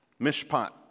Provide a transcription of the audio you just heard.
Mishpat